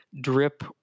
Drip